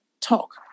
talk